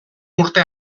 urte